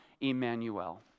Emmanuel